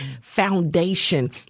foundation